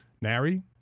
NARI